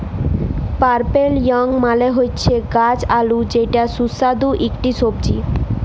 purple yam মালে হচ্যে গাছ আলু যেটা সুস্বাদু ইকটি সবজি